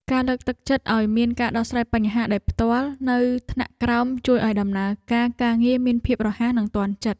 ការលើកទឹកចិត្តឱ្យមានការដោះស្រាយបញ្ហាដោយផ្ទាល់នៅថ្នាក់ក្រោមជួយឱ្យដំណើរការការងារមានភាពរហ័សនិងទាន់ចិត្ត។